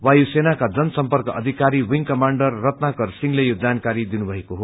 वायू सेनाका जन सर्म्पक अधिकारी विंग कमाण्डर रत्नाकर सिंहले यो जानकारी दिनुमएको हो